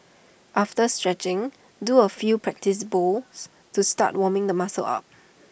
after stretching do A few practice bowls to start warming the muscles up